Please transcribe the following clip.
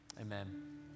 amen